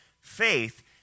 faith